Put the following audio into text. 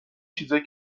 چیزای